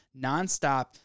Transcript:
nonstop